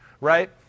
right